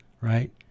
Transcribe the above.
right